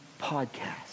podcast